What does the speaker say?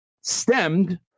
stemmed